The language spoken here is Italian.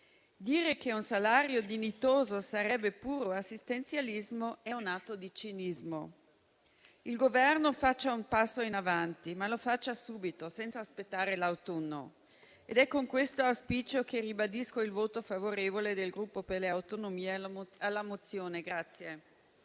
Dire che un salario dignitoso sarebbe puro assistenzialismo è un atto di cinismo. Il Governo faccia un passo in avanti, ma lo faccia subito senza aspettare l'autunno. È con questo auspicio che ribadisco il voto favorevole del Gruppo per le Autonomie alla mozione al